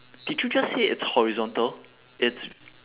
did you just say it's horizontal it's